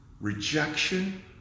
rejection